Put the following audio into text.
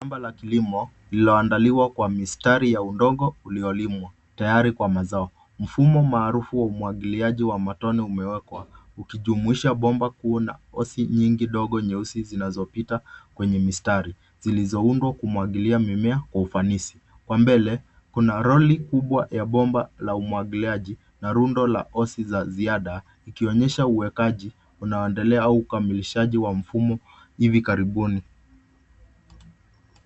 Shamba la kilimo liloandaliwa kwa mistari ya udongo uliolimwa tayari kwa mazao ,mfumo maarufu wa umwagiliaji wa matone umewekwa ukijumuisha bomba kuona hosi nyingi ndogo nyeusi zinazopita kwenye mistari zilizoundwa kumwagilia mimea kwa ufanisi, kwa mbele kuna roli kubwa ya bomba la umwagiliaji na rundo la hosi za ziada ikionyesha uwekaji unaoendelea au ukamilishaji wa mfumo hivi karibuni.